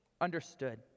understood